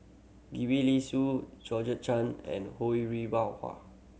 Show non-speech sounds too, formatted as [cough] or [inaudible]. Gwee Li Sui Georgette Chen and Ho Rih [unintelligible]